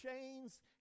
chains